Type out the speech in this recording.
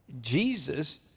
Jesus